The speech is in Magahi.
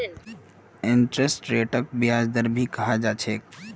इंटरेस्ट रेटक ब्याज दर भी कहाल जा छे